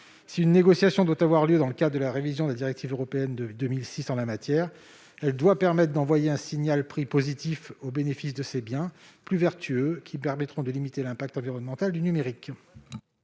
une négociation doit avoir lieu dans le cadre de la révision de la directive européenne de 2006, elle doit permettre d'envoyer un signal prix positif au bénéfice de ces biens plus vertueux, qui permettront de limiter l'impact environnemental du numérique.